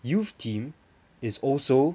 youth team is also